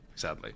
sadly